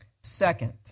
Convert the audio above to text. Second